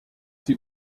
sie